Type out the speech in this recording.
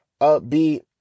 upbeat